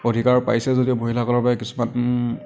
অধিকাৰ পাইছে যদিও মহিলাসকলৰ বাবে কিছুমান